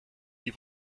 die